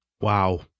Wow